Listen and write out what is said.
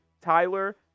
Tyler